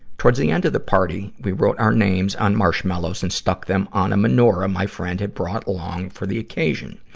towards the end of the party, we wrote our names on marshmallow and stuck them on a menorah my friend had brought along for the occasion.